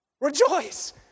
rejoice